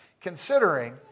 considering